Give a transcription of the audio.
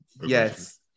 yes